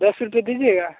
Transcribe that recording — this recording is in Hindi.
दस रूपये दीजिएगा